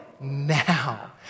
now